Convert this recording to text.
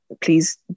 Please